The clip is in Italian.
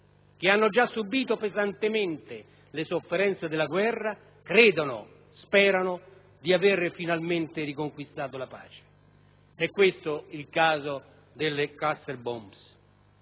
che hanno già subito pesantemente le sofferenze della guerra credono e sperano di aver finalmente riconquistato la pace. È questo il caso delle *cluster bomb*.